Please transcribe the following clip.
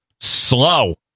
slow